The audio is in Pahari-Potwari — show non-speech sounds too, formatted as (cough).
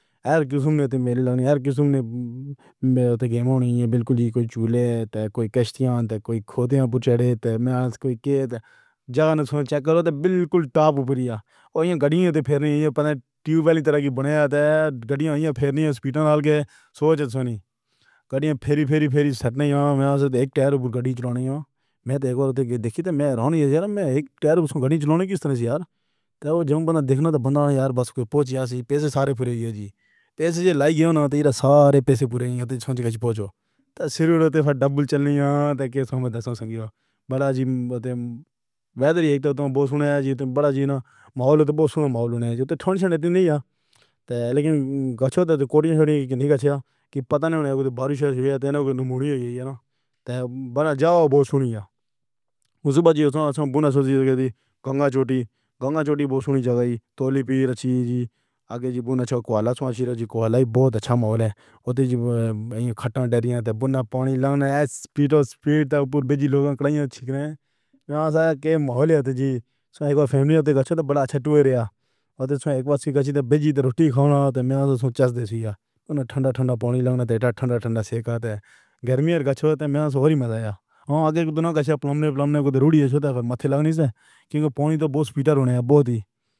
ہیر قسم نے تو میری ہیر قسم نے گیم ہونی اے۔ بالکل وی کوئی جھولے تو کوئی کشتیاں تو کوئی کھوڈے نیں۔ پُچھیے تو میں کوئی دے جان سُن۔ چیک کرو تو بالکل ٹاپ پر ہی ہو یا گھٹی ہوندی پھر نئیں پڑدا۔ ٹیوبویل دی طرح بنایا اے تو گھڑیاں ہوئیاں پھر نئیں سویٹینڈ دے سوچ سونی گھٹیا (hesitation) پھری پھری پھری ستایا میں اک ٹائر گاڑی چلانی ہو۔ میں تو اک ہور دیکھی تو میں رونے سے نہ میں اک ٹائر گھٹی چلانے دی کوشش یار اوہ جدوں بنا دیکھنا بنانا یار بس کوئی پُچھیے یس پیسے سارے پورے ایہ جی پیسے لائیوں نا تو سارے پیسے پورے ہوݨ چکے پہنچو تو صرف ڈبل چلݨی آں تے کیسا میں سنگیا۔ وڈا جی اُتّے ویزر ہی تو اُتم بوش ہونا اے جی وڈا جی نہ ماحول تو بہت ہونا ماحول ہوݨ یا تو ٹھنڈی یا تو لیکن گچھوا تو کوریا سونی دی طرح ہی کچرا دی پتہ نئیں اے کہ بارش ہو یا نئیں۔ موڈ ہی اے نہ کیا؟ جاؤ بوش ہونی اے۔ اُس دے بعد سوچی جی گنگا چوٹی، (hesitation) گنگا چوٹی اوہ سُنی جگہ توڻی پیر اچھی جی آگے جی کالج والا شہر والا ہی بہت اچھا ماحول اے اوہ تیز ہی کھٹا ٹہریا تے پاݨی لگݨا سپیڈ تے سپیڈ تاں پر بھیجی لوک کلا کھیتر۔ میں دے ماحول عتی جی اک واری فیملی تک اچھا ٹور رہا۔ اک بس دی گھنٹی بجی تو روٹی کھاݨا تو میں چاچی کوں ٹھنڈا ٹھنڈا پاݨی لگݨ تیرا ٹھنڈا ٹھنڈا سیک تے گرمی سے میں تے مزہ آ گیا آگے دوناں دا سے اپݨے اپݨے کوں دھوئیں ماتھے لگݨے سے کیوں جو پاݨی تو بہت بہتر ہونا بہت ہی۔